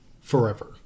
forever